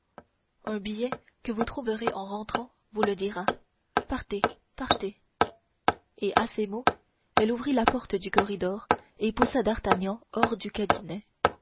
un billet que vous trouverez en rentrant vous le dira partez partez et à ces mots elle ouvrit la porte du corridor et poussa d'artagnan hors du cabinet